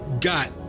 got